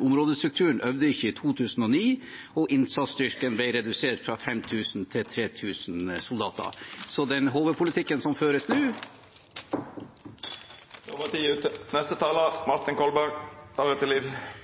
Områdestrukturen øvde ikke i 2009. Innsatsstyrken ble redusert fra 5 000 til 3 000 soldater. Den HV-politikken som føres nå, … Då var tida ute. Representanten Martin Kolberg